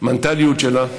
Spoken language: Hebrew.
מנטליות שלה.